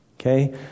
Okay